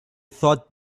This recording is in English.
thought